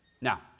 Now